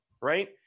right